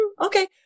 Okay